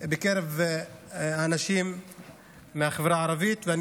בקרב אנשים מהחברה הערבית,